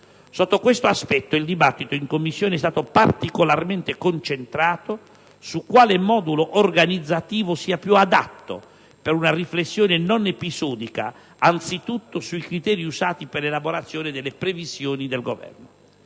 Sotto questo aspetto il dibattito in Commissione è stato particolarmente concentrato su quale modulo organizzativo sia più adatto per una riflessione non episodica anzitutto sui criteri usati per l'elaborazione delle previsioni del Governo.